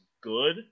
good